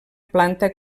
planta